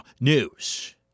News